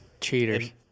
Cheaters